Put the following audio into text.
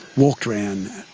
walked around,